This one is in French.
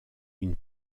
une